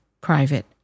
private